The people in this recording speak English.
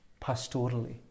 Pastorally